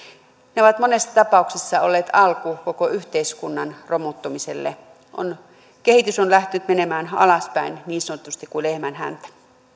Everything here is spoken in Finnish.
ne ovat monessa tapauksessa olleet alku koko yhteiskunnan romuttumiselle kehitys on lähtenyt menemään alaspäin niin sanotusti kuin lehmän häntä